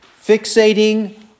fixating